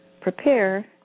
prepare